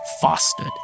fostered